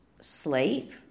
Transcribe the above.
sleep